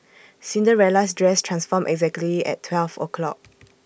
Cinderella's dress transformed exactly at twelve o'clock